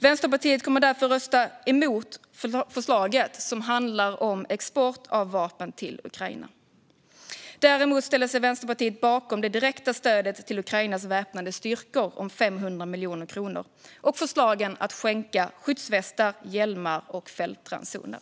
Vänsterpartiet kommer därför att rösta emot förslaget som handlar om export av vapen till Ukraina. Däremot ställer sig Vänsterpartiet bakom det direkta stödet till Ukrainas väpnade styrkor om 500 miljoner kronor och förslaget att skänka skyddsvästar, hjälmar och fältransoner.